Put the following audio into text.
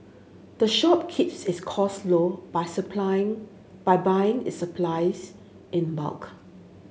the shop keeps its costs low by supplies by buying its supplies in bulk